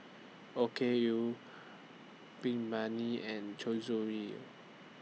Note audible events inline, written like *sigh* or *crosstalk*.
Okayu *unintelligible* and *unintelligible*